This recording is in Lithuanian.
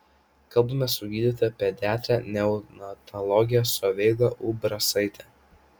kalbamės su gydytoja pediatre neonatologe solveiga umbrasaite